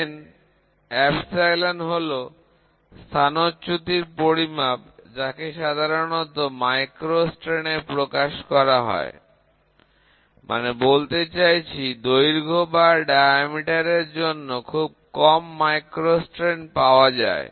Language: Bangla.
বিকৃতি হল স্থানচ্যুতির পরিমাপ যাকে সাধারণত মাইক্রো স্ট্রেন প্রকাশ করা হয় মানে বলতে চাইছি দৈর্ঘ্য বা ব্যাস এর জন্য খুব কম মাইক্রো স্ট্রেন পাওয়া যায়